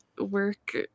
work